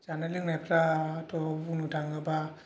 जानाय लोंनायफ्राथ' बुंनो थाङोब्ला